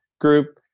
Group